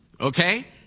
okay